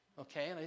Okay